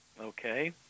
Okay